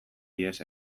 ihes